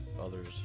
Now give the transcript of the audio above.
others